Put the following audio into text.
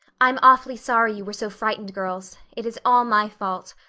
i'm awfully sorry you were so frightened, girls. it is all my fault.